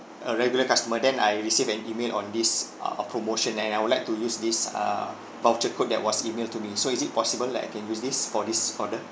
a regular customer then I received an email on this uh promotion and I would like to use this err voucher code that was emailed to me so is it possible that I can use this for this order